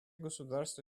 государства